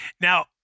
Now